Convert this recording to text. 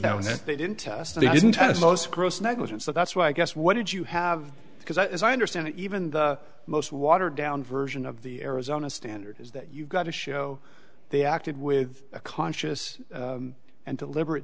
was that they didn't test they didn't test most gross negligence so that's why i guess what did you have because as i understand it even the most watered down version of the arizona standard is that you've got to show they acted with a conscious and deliberate